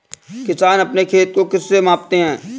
किसान अपने खेत को किससे मापते हैं?